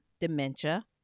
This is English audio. dementia